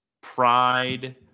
Pride